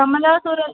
Kamala Sura